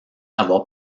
avoir